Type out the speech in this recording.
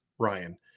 Ryan